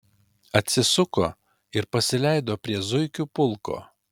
atsisuko ir pasileido prie zuikių pulko